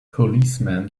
policemen